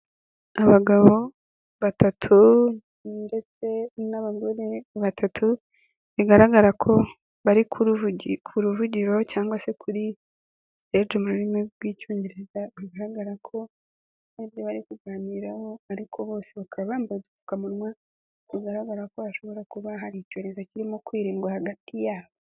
Abagabo batatu ndetse n'abagore batatu bigaragara ko bari ku ruvugiro cyangwa se kuri siteje mu rurimi rw'Icyongereza. Bigaragara ko hari ibyo bari kuganiraho, ariko bose bakaba bambaye udupfukamunwa, bigaragara ko hashobora kuba hari icyorezo kirimo kwirindwa hagati yabo.